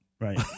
right